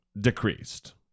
decreased